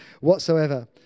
whatsoever